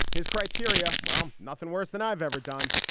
his criteria. mom, nothing worse than i've ever done.